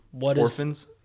Orphans